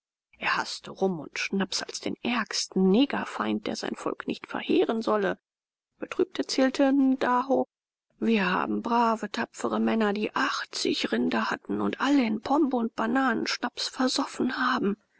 er haßte rum und schnaps als den ärgsten negerfeind der sein volk nicht verheeren solle betrübt erzählte ndaho wir haben braue tapfre männer die achtzig rinder hatten und alle in pombe und bananenschnaps versoffen haben